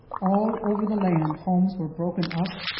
all over the land homes were broken up,